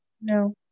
no